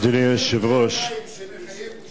זה שיחק לידיים של מישהו.